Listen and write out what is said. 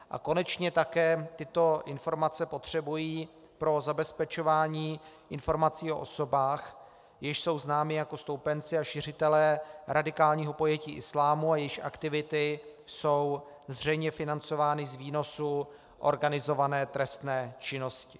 A konečně také tyto informace potřebují pro zabezpečování informací o osobách, jež jsou známy jako stoupenci a šiřitelé radikálního pojetí islámu a jejichž aktivity jsou zřejmě financovány z výnosu organizované trestné činnosti.